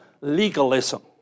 legalism